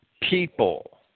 people